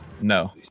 No